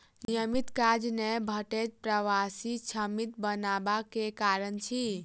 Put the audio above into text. नियमित काज नै भेटब प्रवासी श्रमिक बनबा के कारण अछि